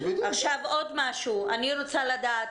עוד משהו שאני רוצה לדעת,